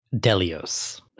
Delios